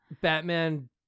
Batman